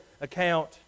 account